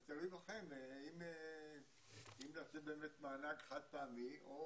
זה תלוי בכם אם לתת באמת מענק חד-פעמי או